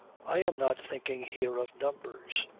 i am not thinking here of numbers.